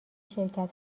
شرکتها